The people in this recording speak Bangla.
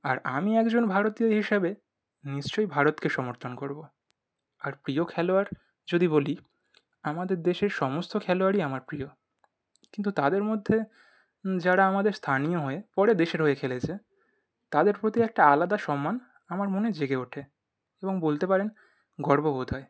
আর আমি একজন ভারতীয় হিসাবে নিশ্চই ভারতকে সমর্থন করবো আর প্রিয় খেলোয়াড় যদি বলি আমাদের দেশের সমস্ত খেলোয়াড়ই আমার প্রিয় কিন্তু তাদের মধ্যে যারা আমাদের স্থানীয় হয়ে পরে দেশের হয়ে খেলেছে তাদের প্রতি একটা আলাদা সম্মান আমার মনে জেগে ওঠে এবং বলতে পারেন গর্ব বোধ হয়